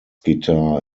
guitar